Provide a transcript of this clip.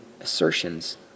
assertions